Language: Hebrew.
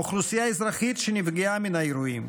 אוכלוסייה אזרחית שנפגעה מן האירועים,